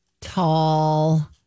tall